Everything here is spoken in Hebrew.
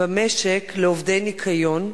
במשק לעובדי הניקיון,